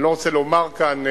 אני לא רוצה לומר כאן,